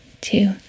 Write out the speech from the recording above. two